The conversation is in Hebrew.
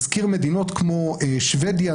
הזכיר מדינות כמו שבדיה,